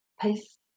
peace